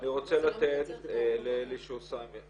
אני רוצה לתת לאלי יוסף שוסהיים,